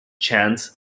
chance